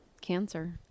Cancer